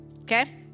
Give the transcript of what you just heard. Okay